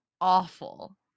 awful